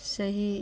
सही